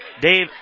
Dave